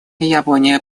япония